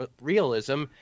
realism